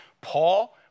Paul